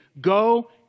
Go